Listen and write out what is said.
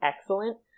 excellent